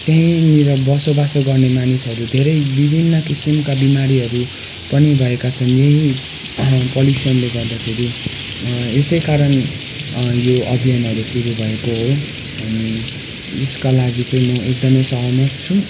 त्यहीँनिर बसोबास गर्ने मानिसहरू धेरै विभिन्न किसिमका बिमारीहरू पनि भएका छन् यही पल्युसनले गर्दाखेरि यसै कारण यो अभियानहरू सुरु भएको हो अनि यसका लागि चाहिँ म एकदमै सहमत छु